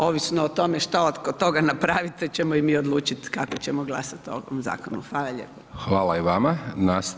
Ovisno o tome što oko toga napravite, ćemo i mi odlučiti kako ćemo glasati o ovom zakonu.